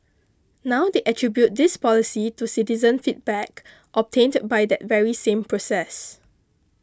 now they attribute this policy to citizen feedback obtained by that very same process